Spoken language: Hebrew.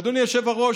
ואדוני היושב-ראש,